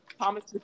Thomas